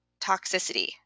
toxicity